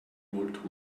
wollt